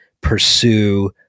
pursue